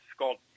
Scott